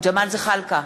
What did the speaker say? ג'מאל זחאלקה,